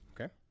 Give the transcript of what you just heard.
Okay